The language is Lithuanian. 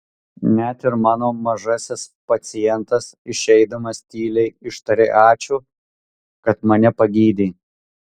net ir mano mažasis pacientas išeidamas tyliai ištarė ačiū kad mane pagydei